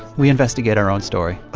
we investigate our own story